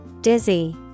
Dizzy